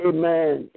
Amen